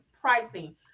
pricing